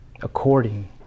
according